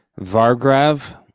vargrav